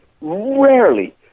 rarely